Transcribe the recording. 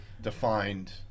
defined